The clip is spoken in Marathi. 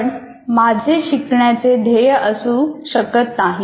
पण हे माझे शिकण्याचे ध्येय असू शकत नाही